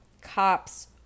cops